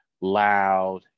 loud